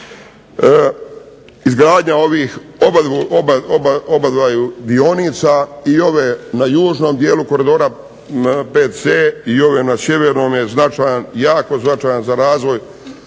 Izgradnja ovih obadvaju dionica i ove na južnom dijelu Koridora VC i ove na sjevernome je značajan, jako značajan za razvoj